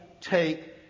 take